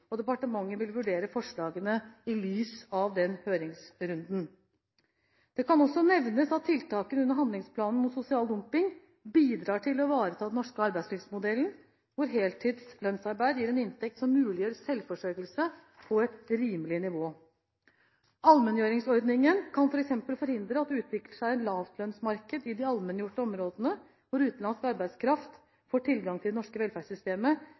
departementet vil vurdere forslagene i lys av den høringsrunden. Det kan også nevnes at tiltakene under handlingsplanen mot sosial dumping bidrar til å ivareta den norske arbeidslivsmodellen, hvor heltids lønnsarbeid gir en inntekt som muliggjør selvforsørgelse på et rimelig nivå. Allmenngjøringsordningen kan f.eks. forhindre at det utvikler seg et lavlønnsmarked i de allmenngjorte områdene hvor utenlandsk arbeidskraft får tilgang til det norske velferdssystemet